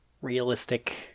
realistic